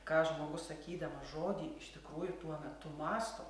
ką žmogus sakydamas žodį iš tikrųjų tuo metu mąsto